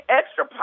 extra